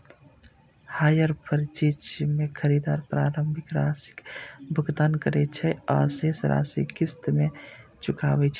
hire purchase मे खरीदार प्रारंभिक राशिक भुगतान करै छै आ शेष राशि किस्त मे चुकाबै छै